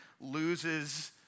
loses